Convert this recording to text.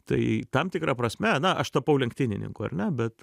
tai tam tikra prasme na aš tapau lenktynininku ar ne bet